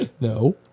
No